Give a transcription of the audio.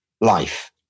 life